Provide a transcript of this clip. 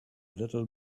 little